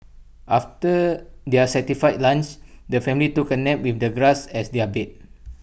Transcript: after their satisfying lunch the family took A nap with the grass as their bed